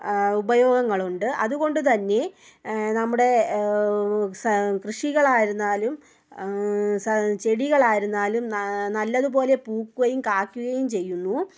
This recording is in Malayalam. ഉപയോഗങ്ങളുണ്ട് അതുകൊണ്ടു തന്നെ നമ്മുടെ സ കൃഷികളായിരുന്നാലും സ ചെടികളായിരുന്നാലും ന നല്ലതുപോലെ പൂക്കുകയും കായ്ക്കുകയും ചെയ്യുന്നു